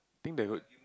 think that would